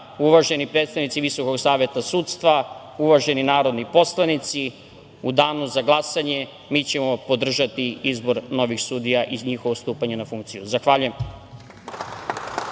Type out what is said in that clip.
uvaženi predstavnici VSS, uvaženi narodni poslanici, u danu za glasanje mi ćemo podržati izbor novih sudija i njihovo stupanje na funkciju. Zahvaljujem.